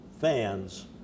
fans